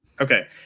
Okay